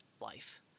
life